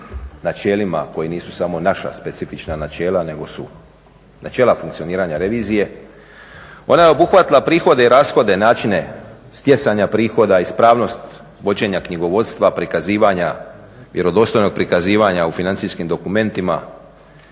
načelima koji nisu samo naša specifična načela nego su načela funkcioniranja revizije. Ona je obuhvatila prihode i rashode, načine stjecanja prihoda, ispravnost vođenja knjigovodstva, prikazivanja, vjerodostojnog prikazivanja u financijskim dokumentima.